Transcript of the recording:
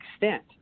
extent